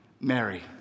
Mary